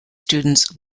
students